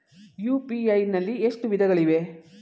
UPI ನಲ್ಲಿ ಎಷ್ಟು ವಿಧಗಳಿವೆ?